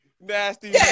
nasty